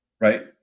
right